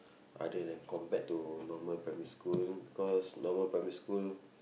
other than come back to normal primary school because normal primary school